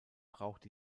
braucht